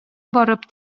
барып